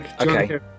Okay